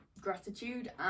gratitude